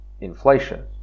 inflation